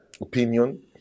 opinion